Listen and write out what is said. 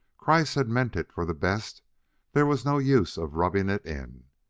kreiss had meant it for the best there was no use of rubbing it in.